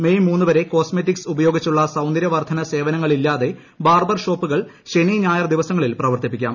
May മൂന്ന് വരെ cosmetics ഉപയോഗിച്ചുള്ള സ്ന്ദ്ദർ്യവർദ്ധന സേവനങ്ങൾ ഇല്ലാതെ ബാർബർ ഷോപ്പുകൾ ശ്ന്നി ഞായർ ദിവസങ്ങളിൽ പ്രവർത്തിപ്പിക്കാം